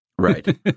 right